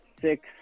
six